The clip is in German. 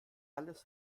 alles